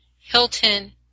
Hilton